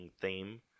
theme